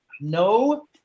no